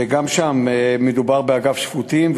מדובר באגף שפוטים,